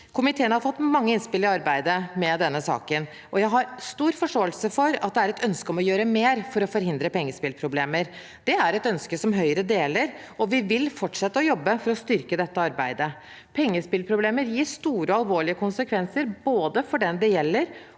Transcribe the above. Komiteen har fått mange innspill i arbeidet med denne saken. Jeg har stor forståelse for at det er et ønske om å gjøre mer for å forhindre pengespillproblemer. Det er et ønske Høyre deler, og vi vil fortsette å jobbe for å styrke dette arbeidet. Pengespillproblemer gir store og alvorlige konsekvenser både for den det gjelder,